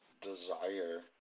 desire